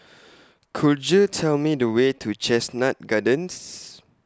Could YOU Tell Me The Way to Chestnut Gardens